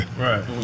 Right